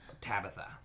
Tabitha